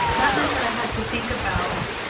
that meant that i had to think about,